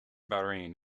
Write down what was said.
bahrain